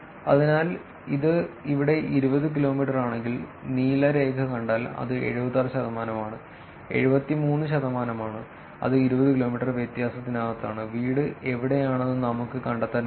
അതിനാൽ ഇത് ഇവിടെ 20 കിലോമീറ്ററാണെങ്കിൽ നീല രേഖ കണ്ടാൽ അത് 76 ശതമാനമാണ് 73 ശതമാനമാണ് അത് 20 കിലോമീറ്റർ വ്യത്യാസത്തിനകത്താണ് വീട് എവിടെയാണെന്ന് നമുക്ക് കണ്ടെത്താൻ കഴിഞ്ഞു